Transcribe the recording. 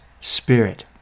spirit